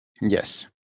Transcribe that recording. Yes